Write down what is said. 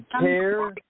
care